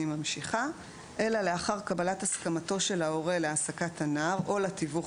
אני ממשיכה: "אלא לאחר קבלת הסכמתו של ההורה להעסקת הנער או לתיווך,